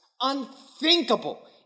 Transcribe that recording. unthinkable